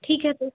ठीक है तो